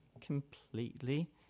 completely